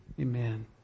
amen